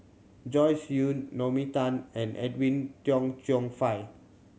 Joyce Jue Naomi Tan and Edwin Tong Chun Fai